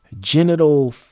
genital